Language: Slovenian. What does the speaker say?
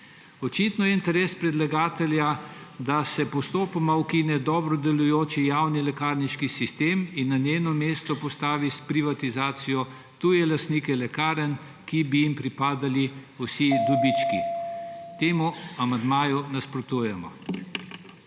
Očitno je interes predlagatelja, da se postopoma ukine dobro delujoč javni lekarniški sistem in se na njeno mesto postavijo s privatizacijo tuji lastniki lekarn, ki bi jim pripadali vsi dobički. Temu amandmaju nasprotujemo.